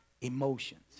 emotions